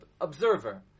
observer